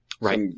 Right